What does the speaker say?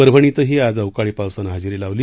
परभणीतही आज अवकाळी पावसानं हजेरी लावली